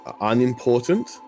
unimportant